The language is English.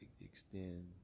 extend